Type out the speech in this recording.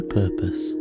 purpose